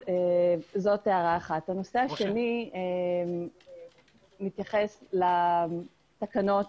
הנושא השני מתייחס לתקנות